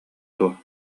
дуо